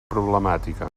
problemàtica